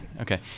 okay